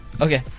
Okay